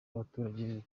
abaturage